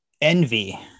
Envy